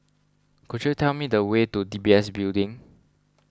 could you tell me the way to D B S Building